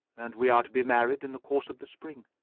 and we are to be married in the course of the spring.